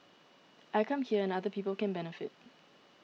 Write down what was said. I come here and other people can benefit